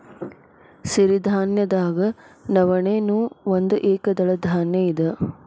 ಸಿರಿಧಾನ್ಯದಾಗ ನವಣೆ ನೂ ಒಂದ ಏಕದಳ ಧಾನ್ಯ ಇದ